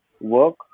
work